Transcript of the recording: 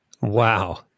wow